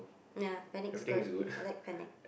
ya Panic's good I like Panic